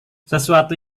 sesuatu